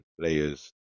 players